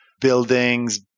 buildings